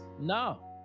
No